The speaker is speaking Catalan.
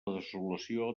desolació